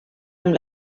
amb